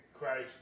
Christ